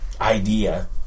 idea